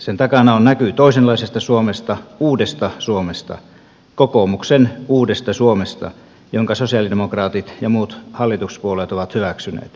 sen takana on näky toisenlaisesta suomesta uudesta suomesta kokoomuksen uudesta suomesta jonka sosialidemokraatit ja muut hallituspuolueet ovat hyväksyneet